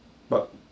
but